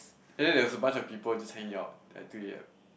and then there was a bunch of people just hanging out at three A_M